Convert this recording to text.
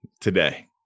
Today